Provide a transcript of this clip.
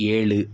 ஏழு